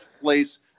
place